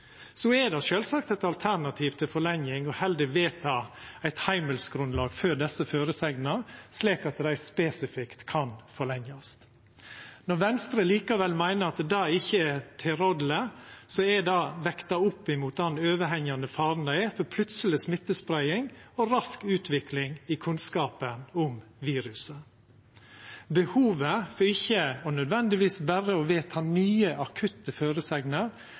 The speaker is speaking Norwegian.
det sjølvsagt eit alternativ til forlenging å heller vedta eit heimelsgrunnlag for desse føresegnene, slik at dei spesifikt kan forlengjast. Når Venstre likevel meiner at det ikkje er tilrådeleg, er det vekta opp mot den overhengjande faren det er for plutseleg smittespreiing og rask utvikling i kunnskapen om viruset. Behovet for ikkje nødvendigvis berre å vedta nye, akutte føresegner,